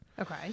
okay